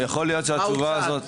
מה הוחלט,